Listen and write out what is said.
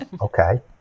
okay